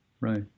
Right